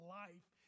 life